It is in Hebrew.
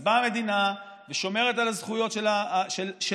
אז באה המדינה ושומרת על הזכויות לחיים,